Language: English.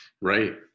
right